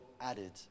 added